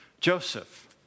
Joseph